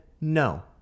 no